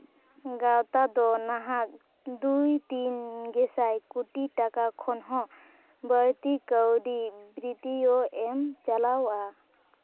ᱜᱟᱶᱛᱟ ᱫᱚ ᱱᱟᱦᱟᱸᱜ ᱫᱩᱭ ᱛᱤᱱ ᱜᱮᱥᱟᱭ ᱠᱳᱴᱤ ᱴᱟᱠᱟ ᱠᱷᱚᱱ ᱦᱚᱸ ᱵᱟᱹᱲᱛᱤ ᱠᱟᱹᱣᱰᱤ ᱵᱨᱤᱛᱤᱭ ᱮᱢ ᱪᱟᱞᱟᱣᱼᱟ